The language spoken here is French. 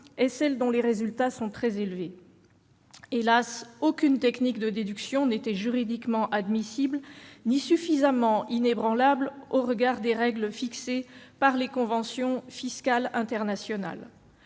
et celle dont les résultats sont très élevés. Hélas, aucune technique de déduction n'était juridiquement admissible ni suffisamment solide au regard des règles fixées par les conventions fiscales internationales.